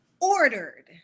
Ordered